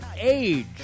age